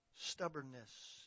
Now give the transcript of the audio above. stubbornness